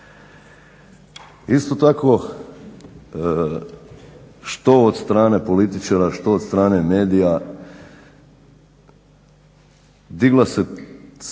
Isto tako, što od strane političara, što od strane medija digla se svaki